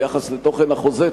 ביחס לתוכן החוזה,